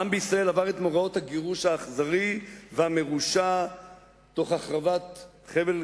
העם בישראל עבר את מאורעות הגירוש האכזרי והמרושע תוך החרבת חבל-קטיף.